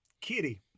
Kitty